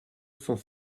cent